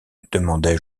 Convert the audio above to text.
demandai